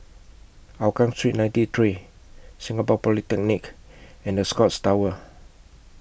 Hougang Street ninety three Singapore Polytechnic and The Scotts Tower